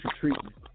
treatment